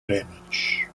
damage